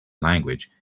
language